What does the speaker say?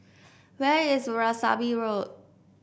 where is Veerasamy Road